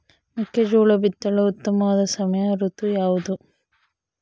ಮೆಕ್ಕೆಜೋಳ ಬಿತ್ತಲು ಉತ್ತಮವಾದ ಸಮಯ ಋತು ಯಾವುದು?